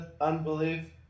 unbelief